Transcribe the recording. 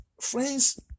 Friends